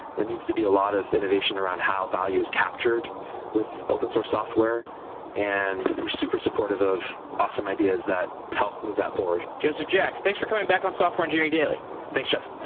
there needs to be a lot of innovation around how value is captured with open source software and we're super supportive of awesome ideas that help move that forward. joseph jacks, thanks for coming back on software engineering daily thanks, jeff.